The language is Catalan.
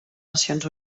nacions